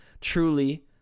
truly